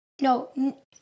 No